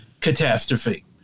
catastrophe